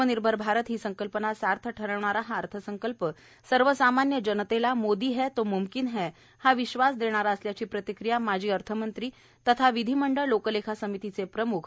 आत्मनिर्भर भारत ही संकल्पना सार्थ ठरविणारा हा अर्थसंकल्प सर्वसामान्य जनतेला मोदी है तो म्मकीन है हा विश्वास देणारा असल्याची प्रतिक्रिया माजी अर्थमंत्री तथा विधिमंडळ लोकलेखा समितीचे प्रमुख आ